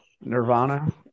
Nirvana